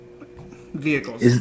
vehicles